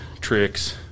tricks